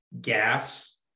gas